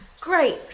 Great